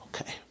Okay